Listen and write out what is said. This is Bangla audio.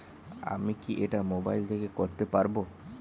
আমি কি এটা মোবাইল থেকে করতে পারবো?